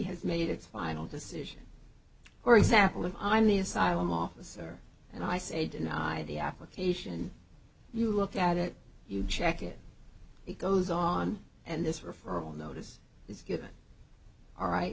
has made its final decision for example if i'm the asylum officer and i say deny the application you look at it you check it it goes on and this referral notice is given all right